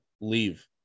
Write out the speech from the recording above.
leave